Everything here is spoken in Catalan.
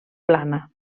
plana